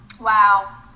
wow